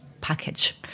package